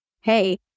hey